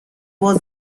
was